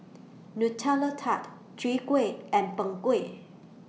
Nutella Tart Chwee Kueh and Png Kueh